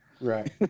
Right